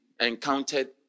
encountered